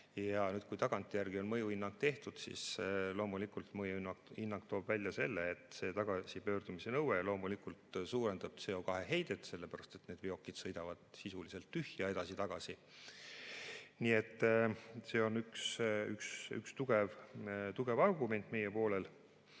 Nüüd, kui tagantjärele on mõjuhinnang tehtud, siis loomulikult on mõjuhinnang toonud välja selle, et see tagasipöördumise nõue suurendab CO2heidet, sellepärast et veokid sõidavad sisuliselt tühjalt edasi-tagasi. Nii et see on üks tugev argument meie poolel.